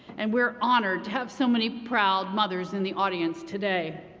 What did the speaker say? and we're honored to have so many proud mother's in the audience today.